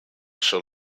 show